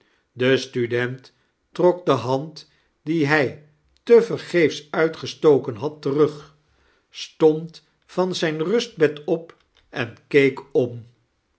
de student trok de hand die hij te vergeefs uitgestoken had terug stond van zijn rustbed op en keek om